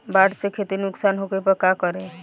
बाढ़ से खेती नुकसान होखे पर का करे?